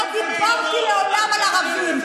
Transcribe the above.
לא דיברתי לעולם על ערבים.